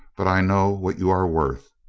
but i know what you are worth.